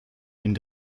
and